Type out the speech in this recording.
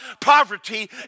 poverty